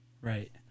Right